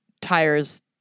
tires